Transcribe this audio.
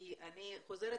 כי אני חוזרת,